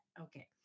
okay